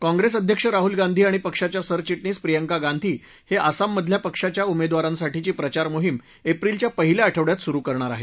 काँग्रेस अध्यक्ष राहुल गांधी आणि पक्षाच्या सरचिटणीस प्रियांका गांधी हे आसाममधल्या पक्षाच्या उमेदवारांसाठीची प्रचार मोहिम एप्रिलच्या पहिल्या आठवड्यात सुरु करणार आहेत